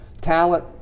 talent